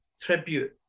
tribute